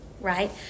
right